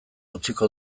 utziko